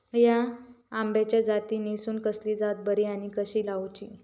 हया आम्याच्या जातीनिसून कसली जात बरी आनी कशी लाऊची?